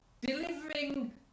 delivering